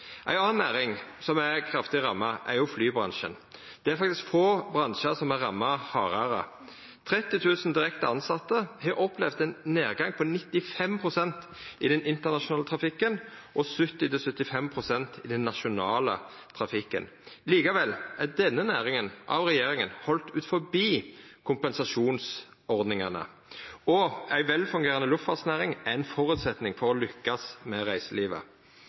Ei anna næring som er kraftig ramma, er flybransjen. Det er faktisk få bransjar som er ramma hardare. 30 000 direkte tilsette har opplevd ein nedgang på 95 pst. i den internasjonale trafikken og 70–75 pst. i den nasjonale trafikken. Likevel er denne næringa av regjeringa halden utanfor kompensasjonsordningane. Og ei velfungerande luftfartsnæring er ein føresetnad for å lykkast med reiselivet.